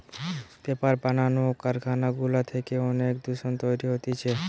paper বানানো কারখানা গুলা থেকে অনেক দূষণ তৈরী হতিছে